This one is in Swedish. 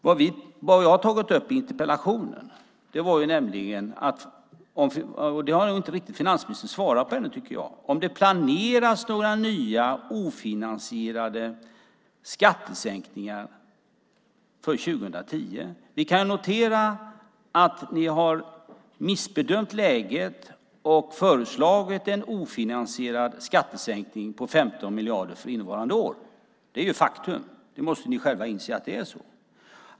Vad jag har tagit upp i interpellationen - och det har nog inte riktigt finansministern svarat på ännu - är frågan om det planeras några nya ofinansierade skattesänkningar för 2010. Vi kan notera att ni har missbedömt läget och föreslagit en ofinansierad skattesänkning på 15 miljarder för innevarande år. Det är ett faktum. Ni måste själva inse att det är så.